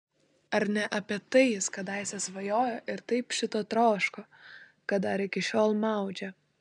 ar ne apie tai jis kadaise svajojo ir taip šito troško kad dar iki šiol maudžia